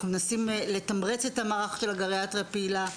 אנחנו מנסים לתמרץ את המערך של הגריאטריה הפעילה,